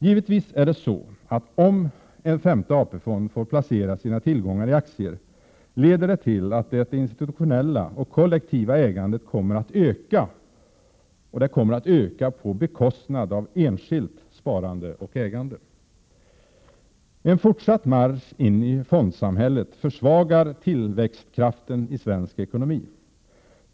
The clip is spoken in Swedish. Givetvis är det så att om en femte AP-fond får placera sina tillgångar i aktier, leder det till att det institutionella och kollektiva ägandet kommer att öka, och det kommer att öka på bekostnad av enskilt sparande och ägande. En fortsatt marsch in i fondsamhället försvagar tillväxtkraften i svensk ekonomi.